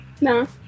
No